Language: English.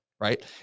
right